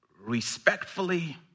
respectfully